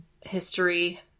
history